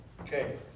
Okay